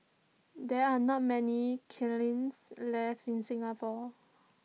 there are not many killings left in Singapore